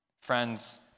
Friends